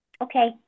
okay